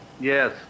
yes